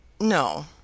No